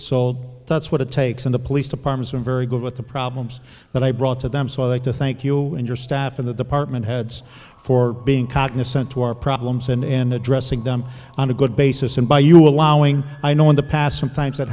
sold that's what it takes in the police department very good with the problems that i brought to them so i like to thank you and your staff in the department heads for being cognizant to our problems and addressing them on a good basis and by you allowing i know in the past sometimes that